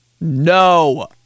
No